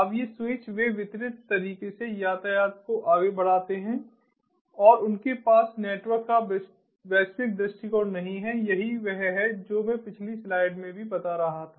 अब ये स्विच वे वितरित तरीके से यातायात को आगे बढ़ाते हैं और उनके पास नेटवर्क का वैश्विक दृष्टिकोण नहीं है यही वह है जो मैं पिछली स्लाइड में भी बता रहा था